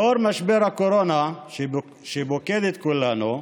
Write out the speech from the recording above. לאור משבר הקורונה שפוקד את כולנו,